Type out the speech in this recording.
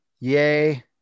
yay